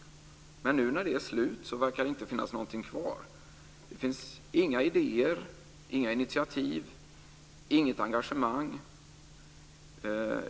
När det är slut verkar det inte finnas något kvar. Det finns inga idéer, inga initiativ, inget engagemang.